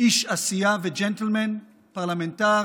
איש עשייה וג'נטלמן, פרלמנטר,